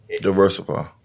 Diversify